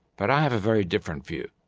but i have a very different view.